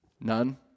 None